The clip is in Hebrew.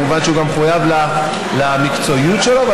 כמובן שהוא מחויב גם למקצועיות שלו,